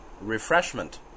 refreshment